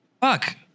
Fuck